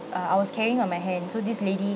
uh I was carrying on my hand so this lady